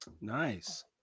Nice